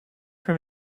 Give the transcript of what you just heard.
for